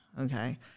Okay